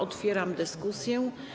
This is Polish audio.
Otwieram dyskusję.